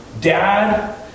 Dad